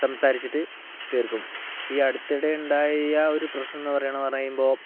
സംസാരിച്ചിട്ട് തീർക്കും ഇപ്പം ഈ അടുത്തിടെ ഉണ്ടായ ഒരു പ്രശ്നമെന്നു പറയുകയാണ് പറയുമ്പോൾ